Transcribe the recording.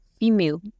Female